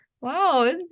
Wow